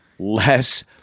Less